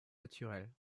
naturelles